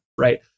Right